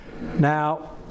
Now